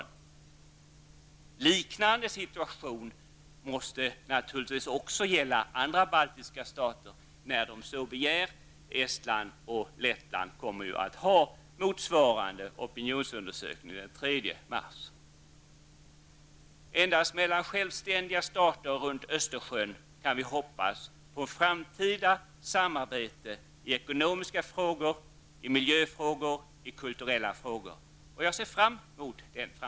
En liknande situation måste naturligtvis också gälla andra baltiska stater när de så begär. Estland och Lettland kommer ju att ha motsvarande opinionsundersökningar den 3 mars. Endast mellan självständiga stater runt Östersjön kan vi hoppas på ett framtida samarbete i ekonomiska frågor, i miljöfrågor och i kulturella frågor. Och jag ser fram emot detta.